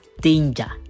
danger